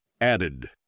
added